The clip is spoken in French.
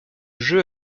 jeu